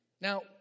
Now